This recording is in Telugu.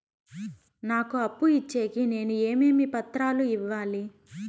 నాకు అప్పు ఇచ్చేకి నేను ఏమేమి పత్రాలు ఇవ్వాలి